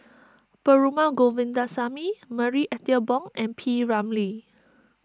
Perumal Govindaswamy Marie Ethel Bong and P Ramlee